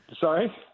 Sorry